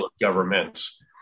governments